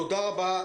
תודה רבה,